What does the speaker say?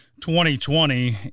2020